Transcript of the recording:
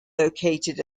located